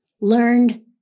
learned